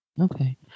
Okay